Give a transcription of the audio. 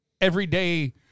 everyday